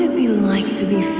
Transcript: and be like to be